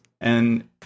And-